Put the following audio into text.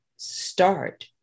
start